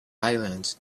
islands